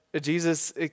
Jesus